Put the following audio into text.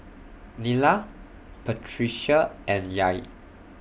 Nyla Patricia and Yair